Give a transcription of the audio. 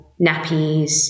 nappies